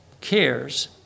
cares